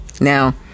Now